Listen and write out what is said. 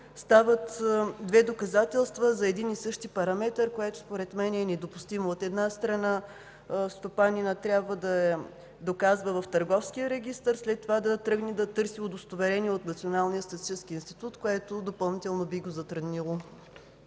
стават две доказателства за един и същи параметър, което според мен е недопустимо. От една страна, стопанинът трябва да я доказва в Търговския регистър, след това да тръгне да търси удостоверение от Националния статистически институт, което допълнително би го затруднило.